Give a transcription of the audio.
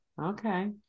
okay